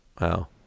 Wow